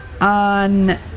on